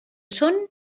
són